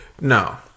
no